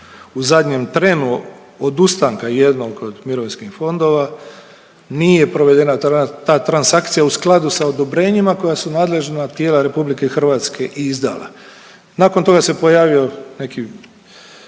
u zadnjem trenu odustanka jednog od mirovinskih fondova, nije provedena ta transakcija u skladu sa odobrenjima koja su nadležna tijela RH i izdala. Nakon toga se pojavio neki,